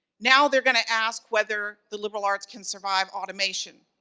now they're going to ask whether the liberal arts can survive automation.